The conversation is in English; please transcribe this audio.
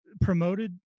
promoted